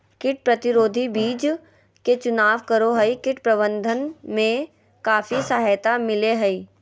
कीट प्रतिरोधी बीज के चुनाव करो हइ, कीट प्रबंधन में काफी सहायता मिलैय हइ